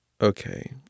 Okay